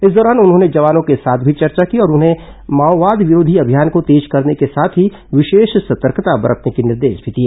इस दौरान उन्होंने जवानों के साथ भी चर्चा की और उन्हें माओवाद विरोधी अभियान को तेज करने के साथ ही विशेष सतर्कता बरतने के निर्देश दिए